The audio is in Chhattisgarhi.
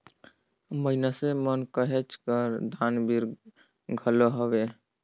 मइनसे मन कहेच कर दानबीर घलो हवें